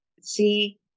see